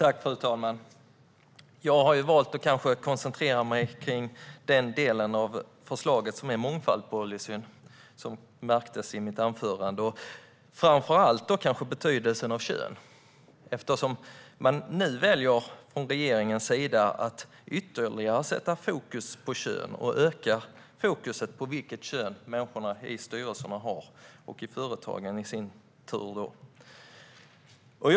Fru talman! Jag har, som märktes i mitt anförande, valt att koncentrera mig på den del av förslaget som gäller mångfaldspolicyn. Det gäller framför allt betydelsen av kön. Nu väljer regeringen att ytterligare sätta fokus på kön och att öka fokus på vilket kön människorna i styrelserna, och därmed också i företagen, har.